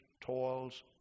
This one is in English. toils